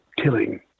killing